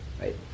right